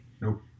Nope